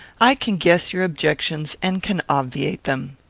i can guess your objections and can obviate them.